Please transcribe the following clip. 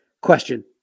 Question